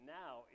now